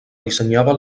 dissenyava